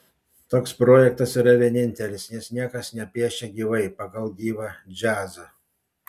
toks projektas yra vienintelis nes niekas nepiešia gyvai pagal gyvą džiazą